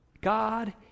God